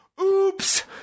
oops